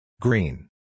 green